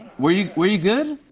were you were you good?